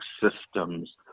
systems